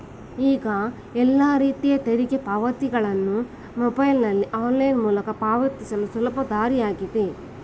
ಈಗ ಎಲ್ಲ ರೀತಿಯ ತೆರಿಗೆ ಪಾವತಿಗಳನ್ನು ಮೊಬೈಲ್ನಲ್ಲಿ ಆನ್ಲೈನ್ ಮೂಲಕ ಪಾವತಿಸಲು ಸುಲಭ ದಾರಿಯಾಗಿದೆ